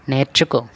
నేర్చుకో